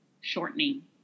shortening